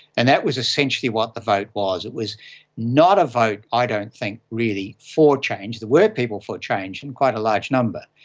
and that was essentially what the vote was, it was not a vote i don't think really for change. there were people for change in quite a large number,